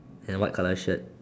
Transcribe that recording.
and a white colour shirt